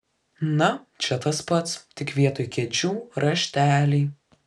na čia tas pats tik vietoj kėdžių rašteliai